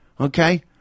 okay